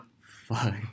Fuck